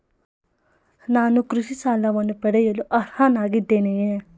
ನಾನು ಕೃಷಿ ಸಾಲವನ್ನು ಪಡೆಯಲು ಅರ್ಹನಾಗಿದ್ದೇನೆಯೇ?